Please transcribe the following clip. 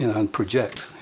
and project